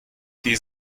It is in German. die